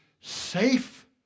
safe